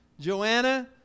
Joanna